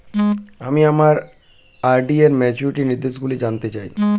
আমি আমার আর.ডি র ম্যাচুরিটি নির্দেশগুলি জানতে চাই